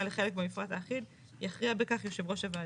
לחלק במפרט האחיד - יכריע בכך יושב ראש הוועדה.